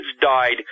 died